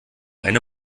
eine